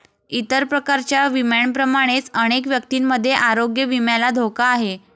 इतर प्रकारच्या विम्यांप्रमाणेच अनेक व्यक्तींमध्ये आरोग्य विम्याला धोका आहे